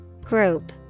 Group